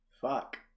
fuck